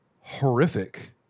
horrific